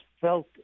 felt